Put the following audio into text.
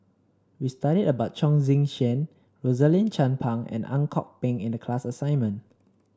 we studied about Chong Tze Chien Rosaline Chan Pang and Ang Kok Peng in the class assignment